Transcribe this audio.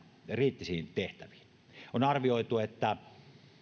kriittisiin tehtäviin on arvioitu että